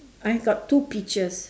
I've got two peaches